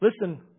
Listen